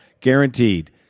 guaranteed